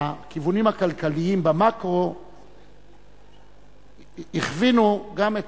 הכיוונים הכלכליים במקרו הכווינו גם את